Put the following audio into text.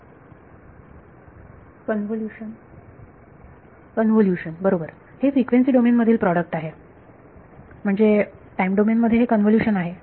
विद्यार्थी convolution convolution बरोबर हे फ्रिक्वेन्सी डोमेन मधील प्रोडक्ट आहे म्हणजे टाइम डोमेन मध्ये हे कन्व्होल्युशन आहे